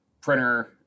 printer